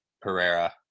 Pereira